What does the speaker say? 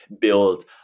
build